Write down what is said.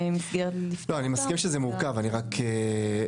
המסגרת --- אני מסכים שזה מורכב לחקיקה.